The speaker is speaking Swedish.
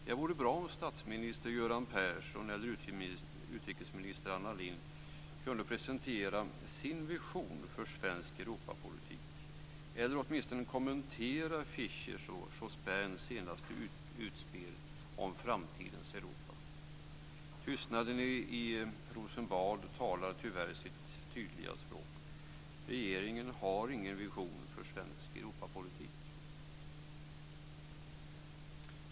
Det vore bra om statsminister Göran Persson eller utrikesminister Anna Lindh kunde presentera sin vision för svensk Europapolitik, eller åtminstone kommentera Fischers och Jospins senaste utspel om framtidens Europa. Tystnaden i Rosenbad talar tyvärr sitt tydliga språk. Regeringen har ingen vision för svensk Europapolitik.